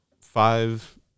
five